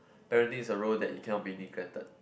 parenting is a role that you cannot be neglected